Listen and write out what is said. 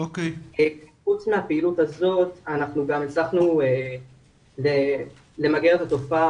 חוץ הפעילות הזאת אנחנו גם הצלחנו למגר את התופעה